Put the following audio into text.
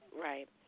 Right